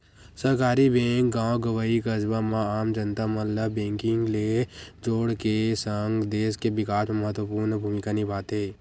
सहकारी बेंक गॉव गंवई, कस्बा म आम जनता मन ल बेंकिग ले जोड़ के सगं, देस के बिकास म महत्वपूर्न भूमिका निभाथे